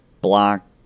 block